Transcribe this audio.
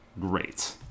great